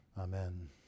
Amen